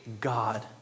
God